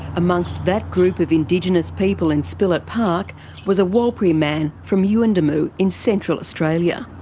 amongst that group of indigenous people in spillett park was a warlpiri man from yuendumu in central australia.